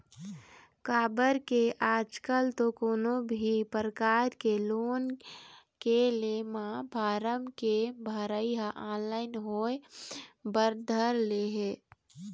काबर के आजकल तो कोनो भी परकार के लोन के ले म फारम के भरई ह ऑनलाइन होय बर धर ले हे